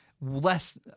less